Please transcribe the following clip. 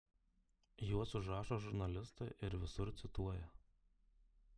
juos užrašo žurnalistai ir visur cituoja